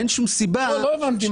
אין שום סיבה --- לא הבנתי,